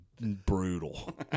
brutal